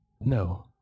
No